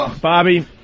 Bobby